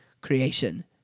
creation